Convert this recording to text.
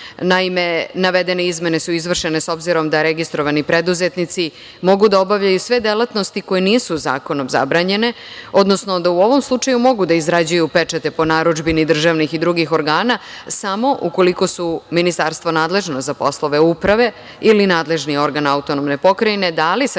organa. Naime, navedene izmene su izvršene s obzirom na to da registrovani preduzetnici mogu da obavljaju sve delatnosti koje nisu zakonom zabranjene, odnosno da u ovom slučaju mogu da izrađuju pečate po narudžbini državnih i drugih organa, samo ukoliko su ministarstvo nadležno za poslove uprave, ili nadležni organ autonomne pokrajine dali saglasnost